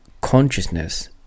consciousness